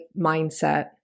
mindset